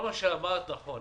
כל מה שאמרת, נכון.